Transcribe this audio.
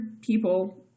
people